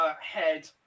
head